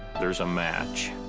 there's a match.